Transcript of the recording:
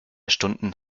stunden